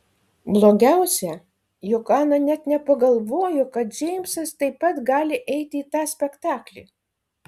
blogiausia jog ana net nepagalvojo kad džeimsas taip pat gali eiti į tą spektaklį